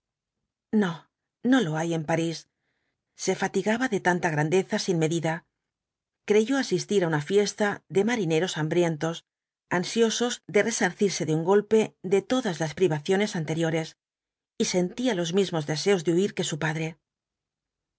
no no lo hay en parís se fatigaba de tanta grandeza sin medida creyó asistir á una fiesta de marineres hambrientos ansiosos de resarcirse de un golpe de todas las privaciones anteriores y sentía los mismos deseos de huir que su padre